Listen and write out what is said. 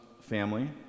family